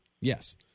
Yes